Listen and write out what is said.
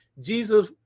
Jesus